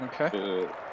Okay